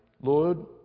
Lord